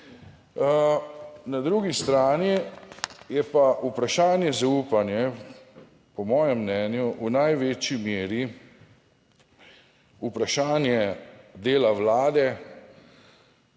Na drugi strani je pa vprašanje zaupanja po mojem mnenju v največji meri vprašanje dela Vlade